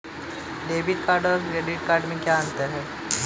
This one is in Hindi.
डेबिट कार्ड और क्रेडिट कार्ड में क्या अंतर है?